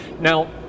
Now